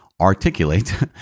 articulate